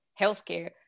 healthcare